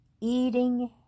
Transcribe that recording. eating